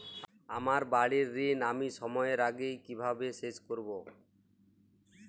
আমার বাড়ীর ঋণ আমি সময়ের আগেই কিভাবে শোধ করবো?